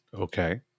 Okay